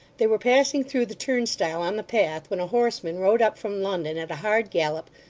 they were passing through the turnstile on the path, when a horseman rode up from london at a hard gallop,